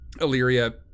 illyria